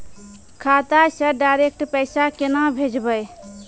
खाता से डायरेक्ट पैसा केना भेजबै?